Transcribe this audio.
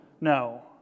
No